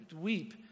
weep